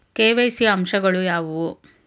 KYC ಯ ಅಂಶಗಳು ಯಾವುವು?